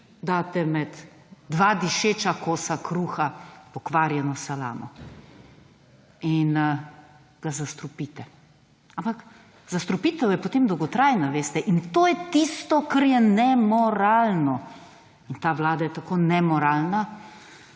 daste med dva dišeča kosa kruha pokvarjeno salamo. In ga zastrupite. Ampak zastrupitev je potem dolgotrajna, veste. In to je tisto, kar je nemoralno. In ta vlada je tako nemoralna,